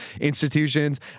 institutions